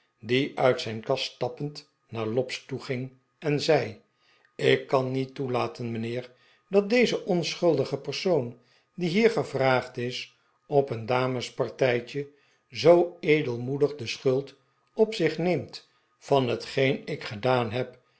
die uit zijn kast stappend naar lobbs toeging en zei ik kan niet toelaten mijnheer dat deze onschuldige persoon die hier gevraagd is op een damespartijtje zoo edelmoedig de schuld op zich neemt van hetgeen ik gedaan heb